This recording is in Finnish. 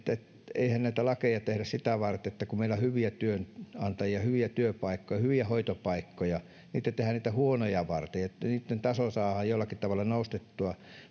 eihän näitä lakeja tehdä sitä varten että meillä on hyviä työnantajia hyviä työpaikkoja ja hyviä hoitopaikkoja vaan niitä tehdään niitä huonoja varten että niitten tasoa saadaan jollakin tavalla nostettua